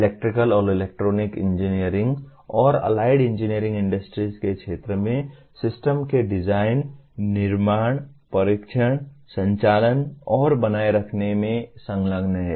electrical और electronic engineering और allied engineering industries के क्षेत्र में सिस्टम के डिजाइन निर्माण परीक्षण संचालन और बनाए रखने में संलग्न हैं